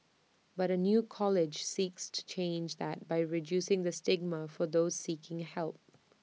but A new college seeks to change that by reducing the stigma for those seeking help